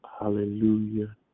Hallelujah